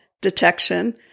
detection